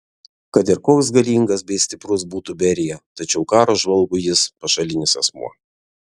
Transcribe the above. kad ir koks galingas bei stiprus būtų berija tačiau karo žvalgui jis pašalinis asmuo